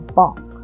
box